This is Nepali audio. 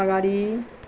अगाडि